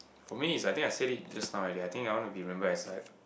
for me is I think I say it just now already I think I want to be remembered as like